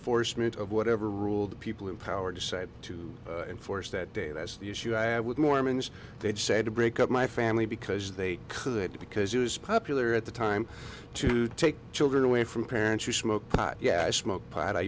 t of whatever ruled people in power decide to enforce that day that's the issue i have with mormons they'd say to break up my family because they could because it was popular at the time to take children away from parents who smoke pot yeah i smoke pot i